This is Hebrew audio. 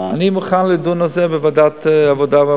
אני מוכן לדון על זה בוועדת העבודה,